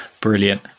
Brilliant